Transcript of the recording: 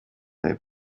they